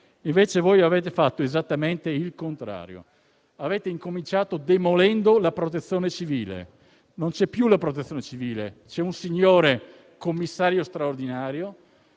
Invece avete fatto esattamente il contrario ed avete cominciato demolendo la Protezione civile: non c'è più la Protezione civile, ma un commissario straordinario